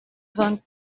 vingt